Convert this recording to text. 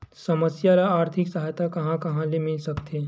समस्या ल आर्थिक सहायता कहां कहा ले मिल सकथे?